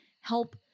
help